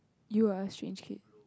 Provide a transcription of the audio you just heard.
you are a strange kid